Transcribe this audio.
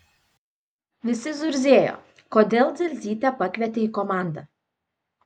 visi zurzėjo kodėl dzelzytę pakvietė į komandą